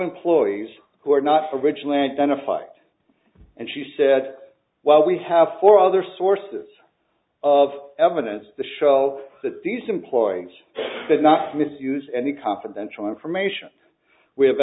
employees who are not for originally identified and she said well we have four other sources of evidence to show that these employees did not misuse any confidential information we have